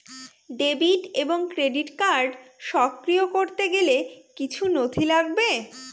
Debit এবং credit card সক্রিয় করতে গেলে কিছু নথি লাগবে?